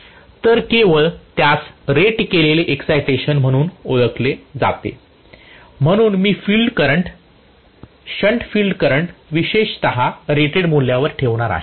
तर केवळ त्यास रेट केलेले एक्साईटेशन म्हणून ओळखले जाते म्हणून मी field current shunt field current विशेषत रेटेड मूल्यावर ठेवणार आहे